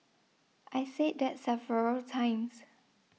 I said that several times